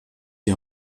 die